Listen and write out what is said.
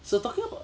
so talking about